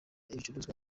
ibicuruzwa